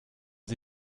sie